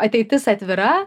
ateitis atvira